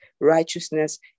righteousness